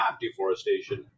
deforestation